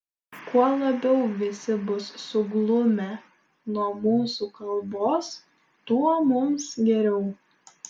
kuo labiau visi bus suglumę nuo mūsų kalbos tuo mums geriau